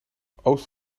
oost